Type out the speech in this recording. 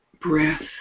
breath